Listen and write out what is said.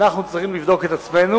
אנחנו צריכים לבדוק את עצמנו,